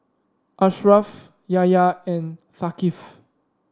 Ashraf Yahya and Thaqif